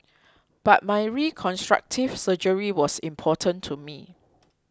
but my reconstructive surgery was important to me